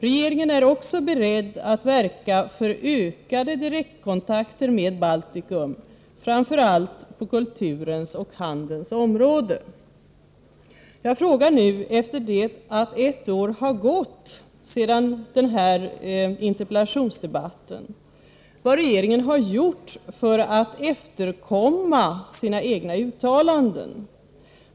Regeringen är också beredd att verka för ökade direktkontakter med Baltikum, framför allt på kulturens och handelns område.” Jag frågar nu, efter det att ett år har gått sedan denna interpellationsdebatt, vad regeringen har gjort för att efterkomma sina egna uttalanden.